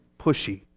pushy